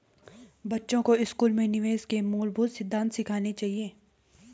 बच्चों को स्कूल में निवेश के मूलभूत सिद्धांत सिखाने चाहिए